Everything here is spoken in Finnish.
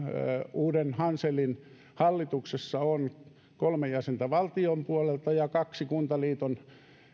uuden hanselin hallituksessa on myös kolme jäsentä valtion puolelta ja kaksi kuntaliiton